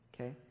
Okay